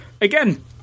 again